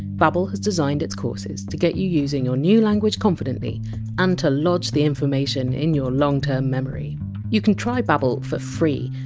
babbel has designed its courses to get you using your new language confidently and to lodge the information in your long term memory you can try babbel for free!